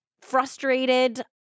frustrated